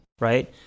right